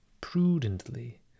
prudently